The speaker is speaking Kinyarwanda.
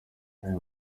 aya